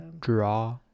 Draw